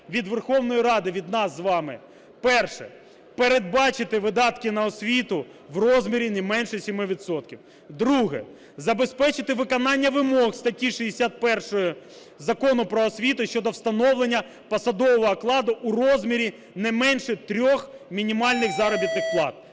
від Верховної Ради, від нас з вами: перше – передбачити видатки на освіту в розмірі не менше 7 відсотків; друге – забезпечити виконання вимог статті 61 Закону "Про освіту" щодо встановлення посадового окладу у розмірі не менше 3 мінімальних заробітних плат;